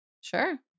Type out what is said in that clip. Sure